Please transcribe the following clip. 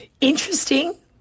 interesting